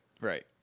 Right